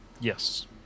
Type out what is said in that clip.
Yes